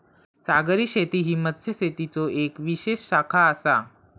सागरी शेती ही मत्स्यशेतीचो येक विशेष शाखा आसा